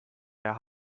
der